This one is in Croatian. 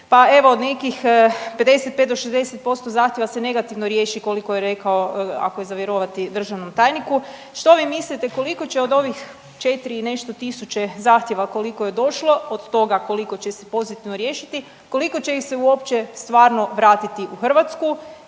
pa evo nekih 55 do 60% zahtjeva se negativno riješi, koliko je rekao ako je za vjerovati državnom tajniku, što vi mislite, koliko će od ovih 4 i tisuće zahtjeva koliko je došlo, od toga koliko će se pozitivno riješiti, koliko će ih se uopće stvarno vratiti u Hrvatsku